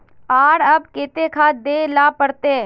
आर कब केते खाद दे ला पड़तऐ?